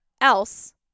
else